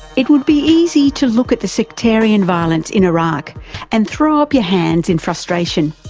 it would be easy to look at the sectarian violence in iraq and throw up your hands in frustration.